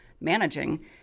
managing